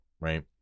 right